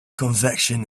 convection